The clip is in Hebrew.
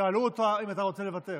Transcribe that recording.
שאלו אותך אם אתה רוצה לוותר.